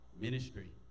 ministry